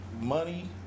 Money